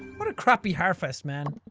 what a crappy harfest, man.